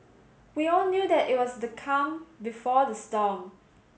we all knew that it was the calm before the storm